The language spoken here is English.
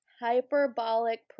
Hyperbolic